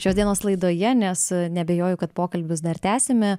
šios dienos laidoje nes neabejoju kad pokalbius dar tęsime